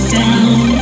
down